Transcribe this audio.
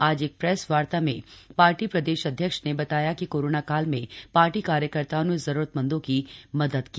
आज एक प्रेस वार्ता में पार्टी प्रदेश अध्यक्ष ने बताया कि कोरोना काल में पार्टी कार्यकर्ताओं ने जरूरतमंदों की मदद की